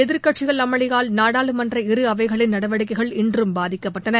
எதிர்க்கட்சிகள் அமளியால் நாடாளுமன்ற இரு அவைகளின் நடவடிக்கைகள் இன்றும் பாதிக்கப்பட்டன